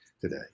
today